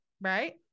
right